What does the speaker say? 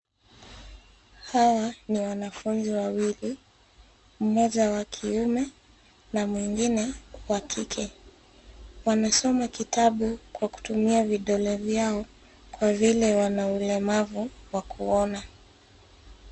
Hawa ni wanafunzi wawili. Mmoja wa kiume na mwingine wa kike. Wanasoma kitabu kwa kutumia vidole vyao kwa vile wana ulemavu wa kuona.